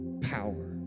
power